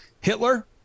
Hitler